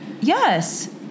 Yes